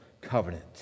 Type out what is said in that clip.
covenant